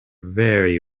very